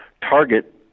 target